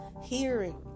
hearing